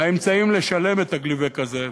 האמצעים לשלם על ה"גליבק" הזה,